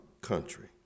country